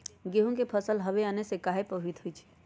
गेंहू के फसल हव आने से काहे पभवित होई छई?